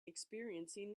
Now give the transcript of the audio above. experiencing